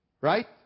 Right